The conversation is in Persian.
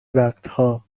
وقتها